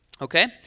okay